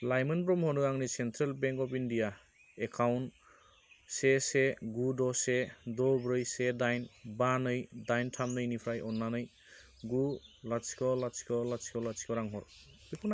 लाइमोन ब्रह्म'नो आंनि central bank of India account से से गु द' से द' ब्रै से दाइन बा नै दाइन थाम नैनिफ्राय अन्नानै गु लाथिख' लाथिख' लाथिख' लाथिख' रां हर